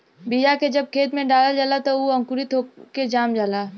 बीया के जब खेत में डालल जाला त उ अंकुरित होके जाम जाला